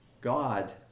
God